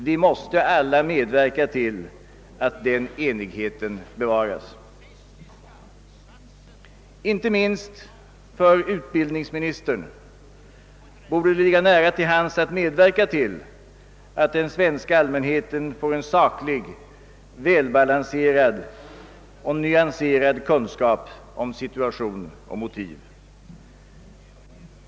Vi måste alla medverka till att den enigheten bevaras. Inte minst för utbildningsministern borde det ligga nära till hands att medverka till att den svenska allmänheten får en saklig, välbalanserad och nyanserad kunskap om situation och motiv.